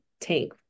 tank